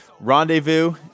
Rendezvous